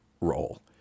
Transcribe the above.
role